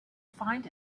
find